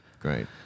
Great